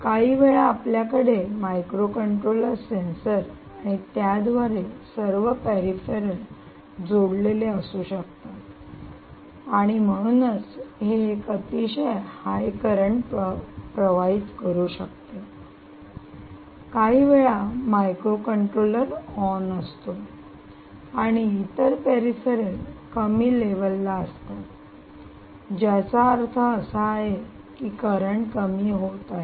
काहीवेळा आपल्याकडे microcontroller sensor आणि त्याद्वारे सर्व पेरिफेरल जोडलेले असू शकतात आणि म्हणूनच हे एक अतिशय हाय करंट प्रवाहित करू शकते काही वेळा मायक्रो कंट्रोलर ओन असतो आणि इतर पेरिफेरल कमी लेवल ला असतात ज्याचा अर्थ असा आहे की करंट कमी होत आहे